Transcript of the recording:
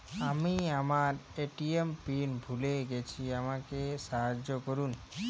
আমি আমার ATM pin ভুলে গেছি আমাকে সাহায্য করুন